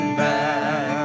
back